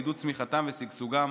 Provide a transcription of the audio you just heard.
עידוד צמיחתם ושגשוגם,